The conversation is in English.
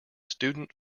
student